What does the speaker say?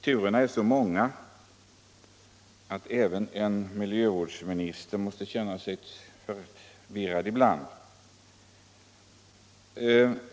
Turerna är så många att även en miljövårdsminister måste känna sig förvirrad.